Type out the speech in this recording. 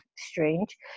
strange